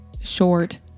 short